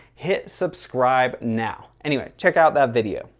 hit subscribe now, anyway, check out that video.